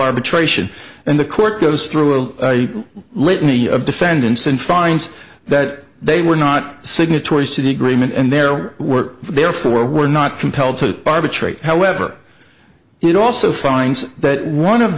arbitration and the court goes through a litany of defendants and finds that they were not signatories to the agreement and there were therefore were not compelled to bar bitrate however it also finds that one of